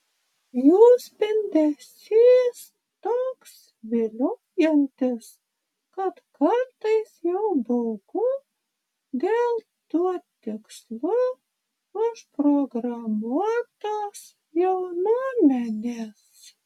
jų spindesys toks viliojantis kad kartais jau baugu dėl tuo tikslu užprogramuotos jaunuomenės